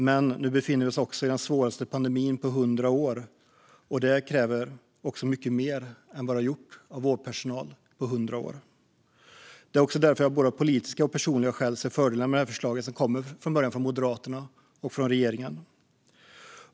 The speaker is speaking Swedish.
Men nu befinner vi oss också i den svåraste pandemin på hundra år, och det kräver också mycket mer än vad det tidigare har gjort av vårdpersonal på hundra år. Det är också därför som jag av både politiska och personliga skäl ser fördelarna med detta förslag, som från början kommer från Moderaterna och från regeringen.